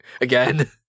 Again